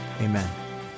amen